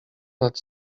nad